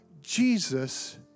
Jesus